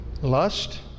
Lust